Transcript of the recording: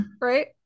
right